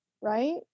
Right